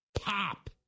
Pop